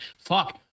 fuck